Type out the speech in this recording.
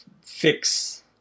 fix